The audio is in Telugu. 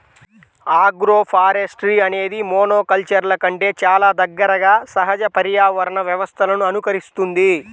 ఆగ్రోఫారెస్ట్రీ అనేది మోనోకల్చర్ల కంటే చాలా దగ్గరగా సహజ పర్యావరణ వ్యవస్థలను అనుకరిస్తుంది